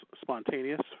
Spontaneous